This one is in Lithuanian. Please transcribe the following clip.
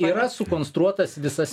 yra sukonstruotas visas